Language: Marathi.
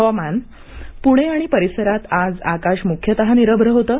हवामान पुणे आणि परिसरात आज आकाश मुख्यतः निरभ्र होतं